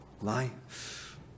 life